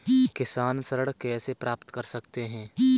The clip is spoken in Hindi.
किसान ऋण कैसे प्राप्त कर सकते हैं?